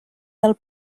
del